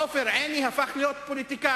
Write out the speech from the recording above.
עופר עיני הפך להיות פוליטיקאי.